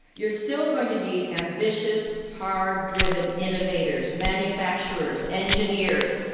you're still going to need ambitious, hard-driven innovators, manufacturers, engineers,